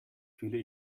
fühle